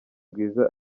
bwiza